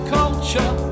culture